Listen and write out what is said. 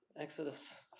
Exodus